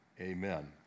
Amen